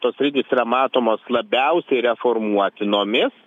tos sritys yra matomos labiausiai reformuotinomis